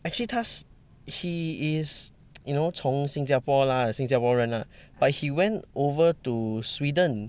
actually 他 he is you know 从新加坡 lah 新加坡人 lah but he went over to sweden